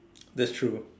that's true